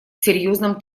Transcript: серьёзным